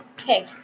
Okay